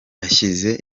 ashyize